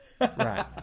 Right